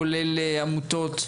כולל עמותות.